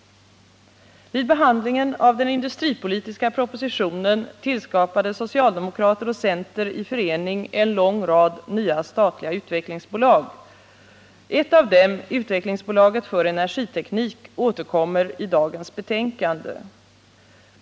Vid behandlingen av den industripolitiska propositionen tillskapade socialdemokrater och center i förening en lång rad nya statliga utvecklingsbolag. Ett av dem — utvecklingsbolaget för energiteknik — återkommer i dagens betänkande.